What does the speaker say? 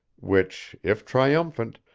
which, if triumphant,